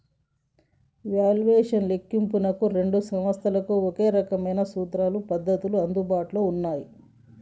valuation లెక్కింపునకు రెండు సంస్థలకు ఒకే రకమైన సూత్రాలు, పద్ధతులు అందుబాటులో ఉన్నయ్యి